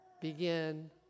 begin